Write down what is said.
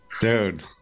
dude